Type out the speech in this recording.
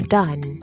done